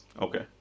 Okay